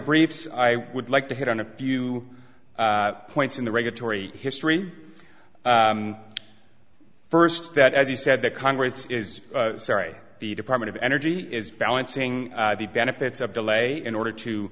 briefs i would like to hit on a few points in the regulatory history first that as he said the congress is sorry the department of energy is balancing the benefits of delay in order to